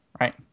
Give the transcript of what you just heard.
Right